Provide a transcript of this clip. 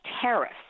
tariffs